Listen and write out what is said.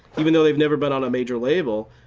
even though they've never been on a major label,